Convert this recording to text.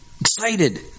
Excited